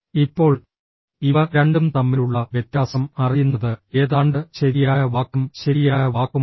ഇപ്പോൾ ഇവ രണ്ടും തമ്മിലുള്ള വ്യത്യാസം അറിയുന്നത് ഏതാണ്ട് ശരിയായ വാക്കും ശരിയായ വാക്കുമാണ്